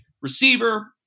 receiver